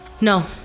No